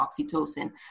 oxytocin